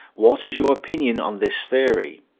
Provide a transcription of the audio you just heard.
what is your opinion on this theory?